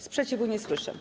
Sprzeciwu nie słyszę.